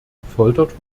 gefoltert